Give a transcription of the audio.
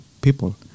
people